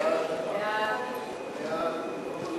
חוק